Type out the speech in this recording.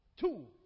Two